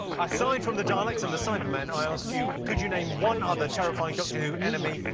aside from the daleks and the cybermen, i asked you could you name one other terrifying doctor who enemy.